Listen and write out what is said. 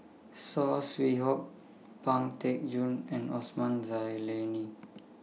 Saw Swee Hock Pang Teck Joon and Osman Zailani